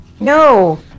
No